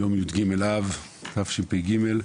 היום י"ג אב, תשפ"ג.